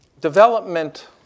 development